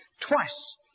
Twice